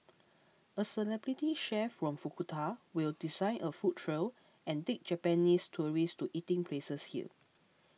a celebrity chef from Fukuoka will design a food trail and take Japanese tourists to eating places here